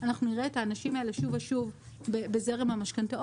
אנחנו נראה את האנשים האלה שוב ושוב בזרם המשכנתאות,